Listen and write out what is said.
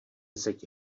zeď